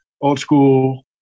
old-school